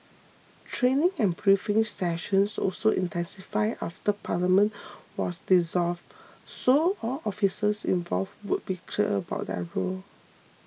training and briefing sessions also intensified after parliament was dissolved so all officers involved would be clear about their role